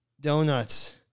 Donuts